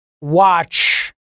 watch